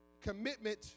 Commitment